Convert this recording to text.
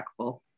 impactful